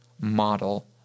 model